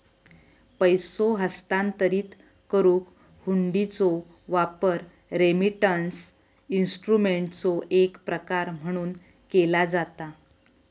पैसो हस्तांतरित करुक हुंडीचो वापर रेमिटन्स इन्स्ट्रुमेंटचो एक प्रकार म्हणून केला जाता